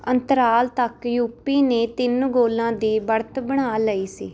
ਅੰਤਰਾਲ ਤੱਕ ਯੂਪੀ ਨੇ ਤਿੰਨ ਗੋਲਾਂ ਦੀ ਬੜ੍ਹਤ ਬਣਾ ਲਈ ਸੀ